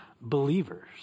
believers